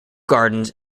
gardens